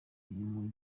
uyu